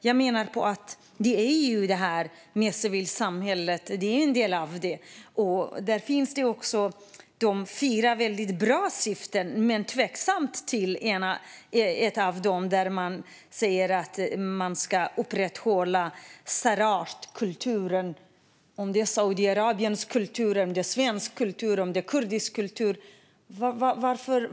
Jag menar att det här är en del av civilsamhället, och där finns det också fyra väldigt bra syften, men jag är tveksam till ett av dem där man säger att man ska upprätthålla särartskulturen. Är det Saudiarabiens kultur, svensk kultur eller kurdisk kultur?